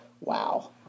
Wow